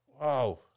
wow